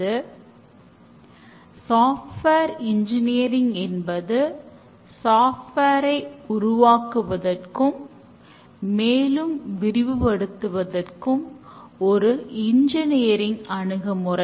அதனால் extreme programming ஒவ்வொரு நாட்களின் இடைவெளியிலும் புதிய இன்கிரிமென்டை தருகிறது